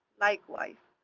likewise,